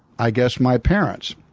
i guess, my parents.